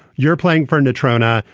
you're playing for new trona.